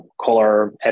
color